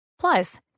Plus